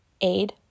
aid